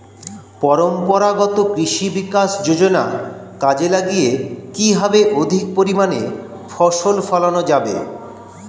পরম্পরাগত কৃষি বিকাশ যোজনা কাজে লাগিয়ে কিভাবে অধিক পরিমাণে ফসল ফলানো যাবে?